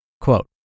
Quote